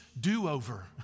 do-over